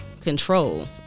control